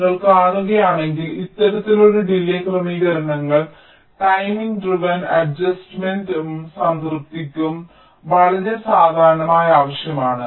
നിങ്ങൾ കാണുകയാണെങ്കിൽ ഇത്തരത്തിലുള്ള ഡിലേയ് ക്രമീകരണങ്ങൾ ടൈമിംഗ് ഡ്രൈവെൻ അഡ്ജസ്റ്മെന്റ്നും സംതൃപ്തിക്കും വളരെ സാധാരണയായി ആവശ്യമാണ്